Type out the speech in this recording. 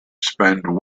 spend